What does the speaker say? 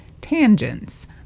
TANGENTS